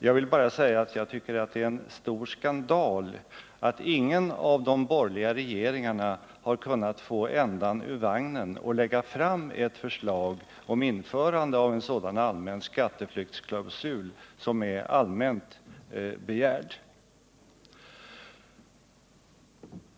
Jag vill bara säga att jag tycker att det är en stor skandal att ingen av de borgerliga regeringarna har kunnat få ändan ur vagnen och lägga fram ett förslag om införande av en sådan allmän skatteflyktsklausul som är allmänt begärd.